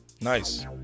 nice